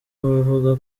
abavuga